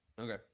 Okay